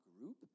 group